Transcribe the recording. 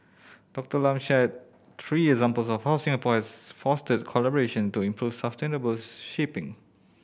Doctor Lam shared three examples of how Singapore has fostered collaboration to improve sustainable shipping